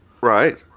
Right